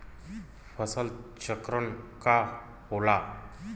फसल चक्रण का होला?